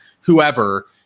whoever